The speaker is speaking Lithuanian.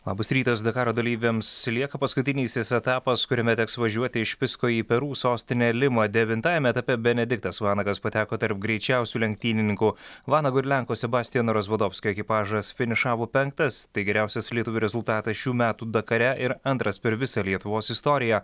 labas rytas dakaro dalyviams lieka paskutinysis etapas kuriame teks važiuoti iš fisko į peru sostinę limą devintajame etape benediktas vanagas pateko tarp greičiausių lenktynininkų vanago ir lenko sebastijano rozvadovskio ekipažas finišavo penktas tai geriausias lietuvių rezultatas šių metų dakare ir antras per visą lietuvos istoriją